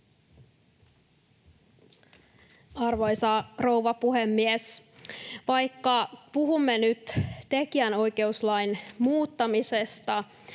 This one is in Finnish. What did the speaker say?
Arvoisa rouva puhemies! Vaikka puhumme nyt tekijänoikeuslain muuttamisesta,